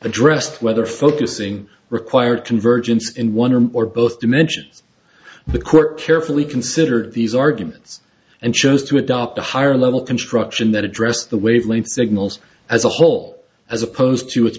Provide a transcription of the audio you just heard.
addressed whether focusing required convergence in one or both dimensions the court carefully considered these arguments and chose to adopt a higher level construction that address the wavelength signals as a whole as opposed to